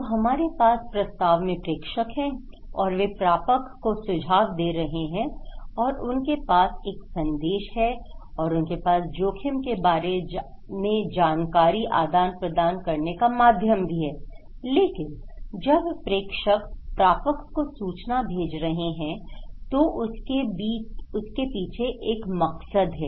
तो हमारे पास वास्तव में प्रेषक हैं और वे प्रापक को सुझाव दे रहे हैं और उनके पास एक संदेश है और उनके पास जोखिम के बारे जानकारी आदान प्रदान करने का माध्यम भी है लेकिन जब प्रेषक प्रापक को सूचना भेज रहे हैं तो उसके पीछे एक मकसद है